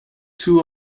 two